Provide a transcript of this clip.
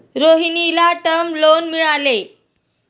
रोहिणीला term loan मिळाले